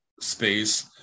space